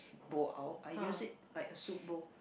bowl out I use it like a soup bowl